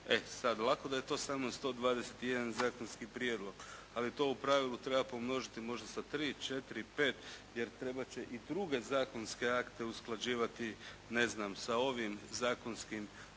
E sada lako da je to samo 121 zakonski prijedlog, ali to u pravilu treba pomnožiti možda sa 3, 4, 5 jer trebat će i druge zakonske akte usklađivati ne znam sa ovim zakonskim prijedlozima